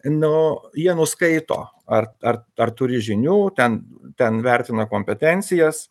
nu jie nuskaito ar ar ar turi žinių ten ten vertina kompetencijas